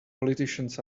politicians